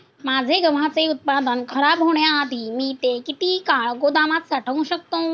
माझे गव्हाचे उत्पादन खराब होण्याआधी मी ते किती काळ गोदामात साठवू शकतो?